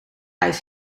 reis